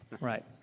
Right